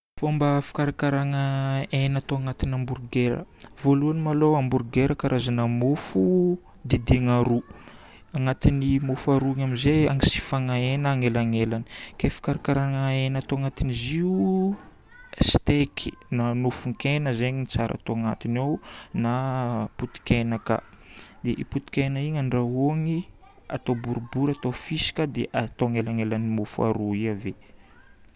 Fomba fikarakaragna hena atao agnatina hamburger. Voalohany maloha hamburger karazagna mofo didina roa. Agnatin'ny mofo aroa igny amin'izay agnisifana hena anelanelany. Ke fikarakaragna hena atao agnatin'izy io steak na nofon-kena zegny no tsara atao agnatiny ao, na potikena ka. Potikena igny andrahoigny, atao boribory, atao fisaka, dia atao anelanelan'ny mofo aroa io ave.